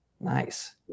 nice